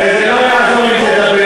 וזה לא יעזור אם תדבר.